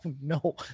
no